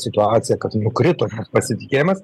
situaciją kad nukrito pasitikėjimas